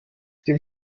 dem